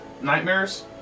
nightmares